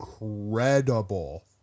incredible